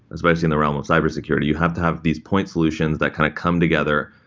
especially in the realm of cyber security. you have to have these point solutions that kind of come together,